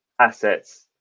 assets